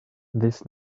this